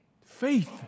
Faith